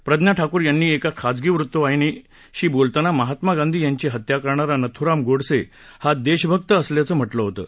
प्रज्ञा ठाकूर यांनी एका खाजगी वृत्त वाहिनीशी बोलताना महात्मा गांधी यांची हत्या करणारा नथूराम गोडसे हा देशभक्त असल्याचं म्हटलं होतं